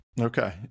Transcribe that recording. Okay